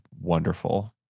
wonderful